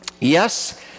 yes